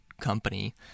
company